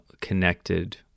connected